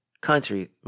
country